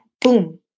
boom